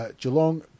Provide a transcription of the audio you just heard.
Geelong